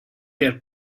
here